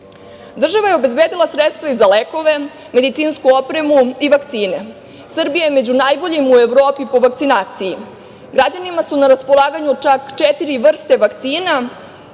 je obezbedila sredstva i za lekove, medicinsku opremu i vakcine. Srbija je među najboljima u Evropi po vakcinaciji. Građanima su na raspolaganju čak četiri vrste vakcina.